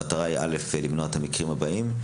המטרה היא למנוע את המקרים הבאים.